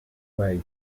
way